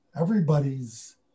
everybody's